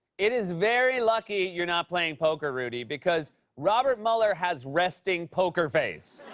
it is very lucky you're not playing poker, rudy, because robert mueller has resting poker face.